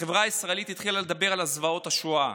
החברה הישראלית התחילה לדבר על זוועות השואה.